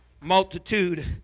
Multitude